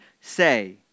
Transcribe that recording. say